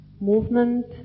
movement